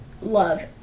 love